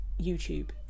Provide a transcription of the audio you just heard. youtube